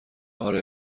آره